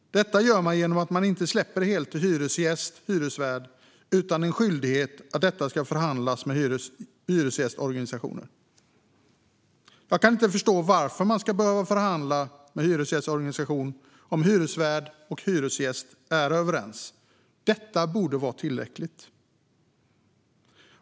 Detta åstadkoms genom att man inte ger hyresgäst och hyresvärd hela ansvaret utan kräver att frågan ska förhandlas med en hyresgästorganisation. Jag förstår inte varför man ska behöva förhandla med en hyresgästorganisation om hyresvärd och hyresgäst är överens. Det borde vara tillräckligt.